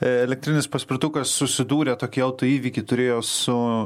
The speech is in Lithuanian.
elektrinis paspirtukas susidūrė tokį autoįvykį turėjo su